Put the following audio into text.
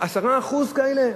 10% כאלה,